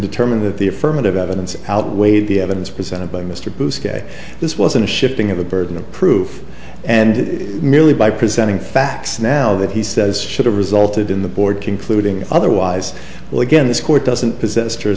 determined that the affirmative evidence outweighed the evidence presented by mr bruce kaye this wasn't a shifting of a burden of proof and merely by presenting facts now that he says should have resulted in the board concluding otherwise but again this court doesn't possess